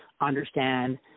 understand